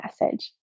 message